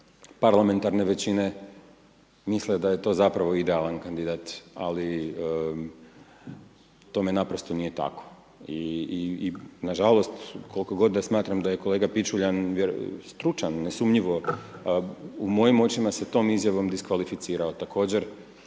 parlamentarne većine misle da je to zapravo idealan kandidat ali tome naprosto nije tako i nažalost, koliko god da smatram da je kolega Pičuljan stručan nesumnjivo, u mojim očima se tom izjavom diskvalificirao. Također,